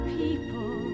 people